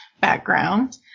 background